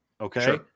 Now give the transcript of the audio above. Okay